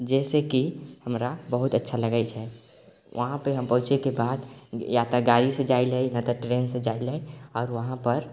जाहिसँ कि हमरा बहुत अच्छा लगैत छै वहाँपर हम पहुँचैके बाद या तऽ गाड़ीसँ जाय लेल या तऽ ट्रेनसँ जाय लेल आओर वहाँपर